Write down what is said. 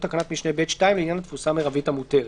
תקנת משנה (ב)(2) לעניין התפוסה המרבית המותרת,